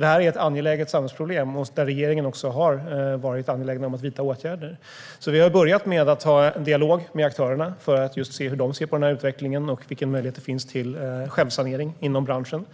Det är ett samhällsproblem där regeringen är angelägen att vidta åtgärder. Regeringen har börjat med en dialog med aktörerna för att se hur de ser på utvecklingen och vilken möjlighet det finns till självsanering inom branschen.